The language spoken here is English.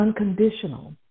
unconditional